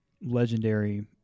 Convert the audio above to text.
legendary